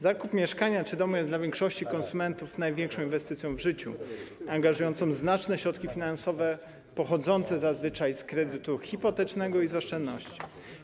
Zakup mieszkania czy domu jest dla większości konsumentów największą inwestycją w życiu, angażującą znaczne środki finansowe pochodzące zazwyczaj z kredytu hipotecznego i z oszczędności.